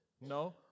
No